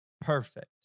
perfect